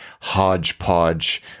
hodgepodge